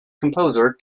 composer